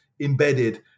embedded